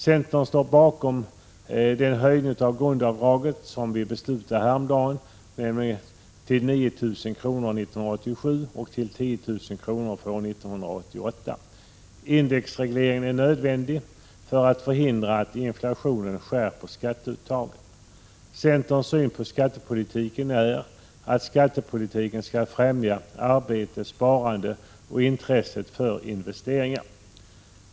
Centern står bakom den höjning av grundavdraget som vi beslutade om häromdagen, nämligen till 9 000 kr. för 1987 och till 10 000 kr. för år 1988. Indexreglering är nödvändig för att förhindra att inflationen skärper skatteuttaget. Centerns syn på skattepolitiken är att den skall främja arbete, sparande och intresset för investeringar.